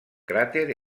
cràter